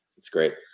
that's great,